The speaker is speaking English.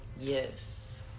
Yes